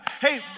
Hey